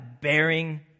bearing